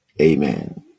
Amen